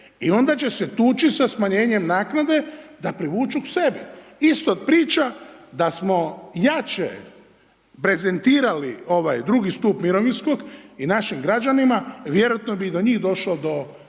I onda će se tuči sa smanjenjem naknade da privuku k sebi. Isto priča, da smo jače prezentirali ovaj II. stup mirovinskog, i našim građanima, vjerojatno bi i do njih došlo do